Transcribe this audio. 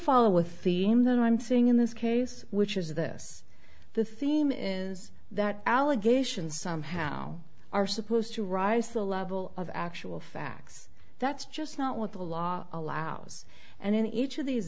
follow with theme that i'm seeing in this case which is this the theme is that allegations somehow are supposed to rise to the level of actual facts that's just not what the law allows and in each of these